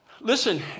listen